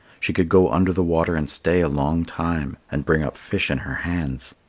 she could go under the water and stay a long time and bring up fish in her hands.